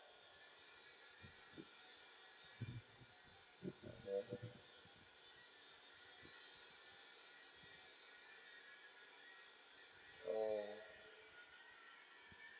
mm mm